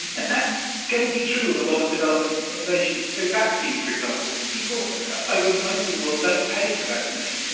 and that's going to be true of a lot of development innovations. so vaccines, for example, people over most of the world don't pay for vaccinations, yeah